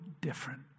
different